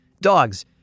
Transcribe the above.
dogs